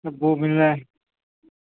मिल रहा है